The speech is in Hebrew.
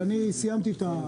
סיימתי.